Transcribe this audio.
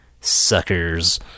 Suckers